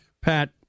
Pat